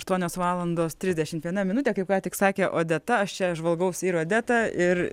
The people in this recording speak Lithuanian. aštuonios valandos trisdešimt viena minutę kaip ką tik sakė odeta aš čia žvalgausi ir odeta ir